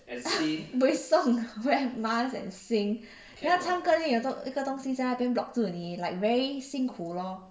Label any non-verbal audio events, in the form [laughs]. [laughs] buay sai wear mask and sing 要唱歌都有有一个东西在那边 block 住你 like very 辛苦 lor